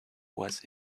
was